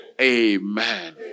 Amen